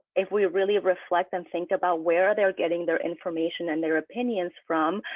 if we really reflect and think about where they are getting their information and their opinions from,